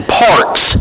parks